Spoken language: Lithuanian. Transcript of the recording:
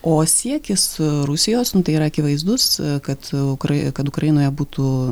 o siekis rusijos nu tai yra akivaizdus kad ukr kad ukrainoje būtų